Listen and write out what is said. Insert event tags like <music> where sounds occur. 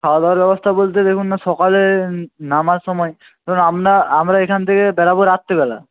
খাওয়াদাওয়ার ব্যবস্থা বলতে দেখুন না সকালে নামার সময় <unintelligible> আমরা আমরা এখান থেকে বেরোব রাত্রিবেলা